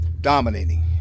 dominating